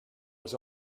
was